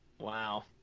Wow